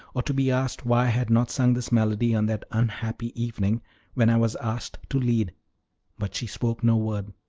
or to be asked why i had not sung this melody on that unhappy evening when i was asked to lead but she spoke no word.